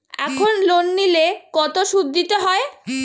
এখন লোন নিলে কত সুদ দিতে হয়?